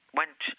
went